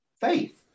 faith